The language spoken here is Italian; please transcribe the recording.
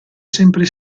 sempre